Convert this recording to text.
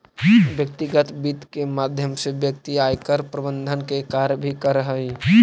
व्यक्तिगत वित्त के माध्यम से व्यक्ति आयकर प्रबंधन के कार्य भी करऽ हइ